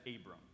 Abram